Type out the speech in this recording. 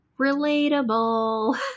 Relatable